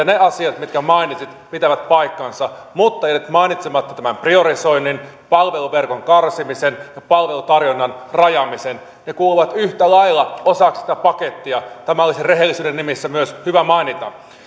ne asiat mitkä mainitsit pitävät paikkansa mutta jätit mainitsematta tämän priorisoinnin palveluverkon karsimisen ja palvelutarjonnan rajaamisen ne kuuluvat yhtä lailla osaksi sitä pakettia tämä olisi rehellisyyden nimissä myös hyvä mainita